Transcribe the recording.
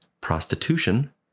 prostitution